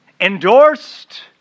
endorsed